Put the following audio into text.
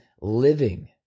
living